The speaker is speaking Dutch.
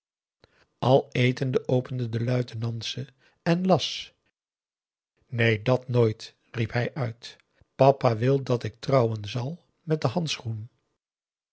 al etende opende de luitenant ze en las neen dat nooit riep hij uit papa wil dat ik trouwen zal met den handschoen